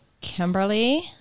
Kimberly